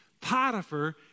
Potiphar